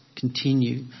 Continue